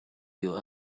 you